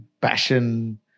passion